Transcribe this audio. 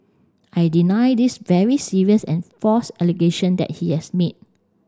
I deny this very serious and false allegation that he has made